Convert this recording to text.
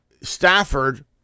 Stafford